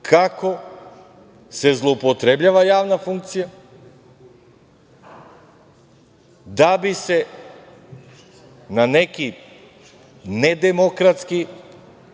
kako se zloupotrebljava javna funkcija da bi se na neki nademokratski